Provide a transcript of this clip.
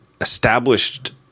established